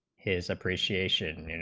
his appreciation